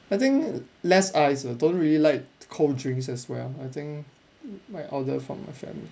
I think less ice loh don't really like cold drinks as well I think like all the from my family